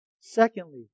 Secondly